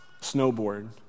snowboard